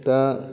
दा